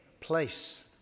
place